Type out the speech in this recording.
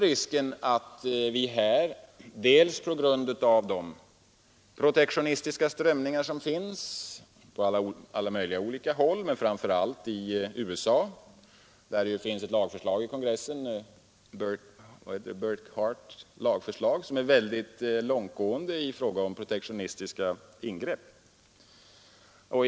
Jag vill påminna om de protektionistiska strömningar som finns på alla möjliga håll, framför allt i USA. Där ligger nu ett lagförslag i kongressen — Burke-Hartkeförslaget — som är synnerligen långtgående i fråga om protektionistiska ingrepp.